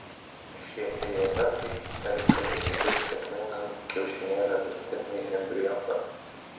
šie fejerverkai reikalingi ir sėkmingam kiaušinėlio virtimui embrionu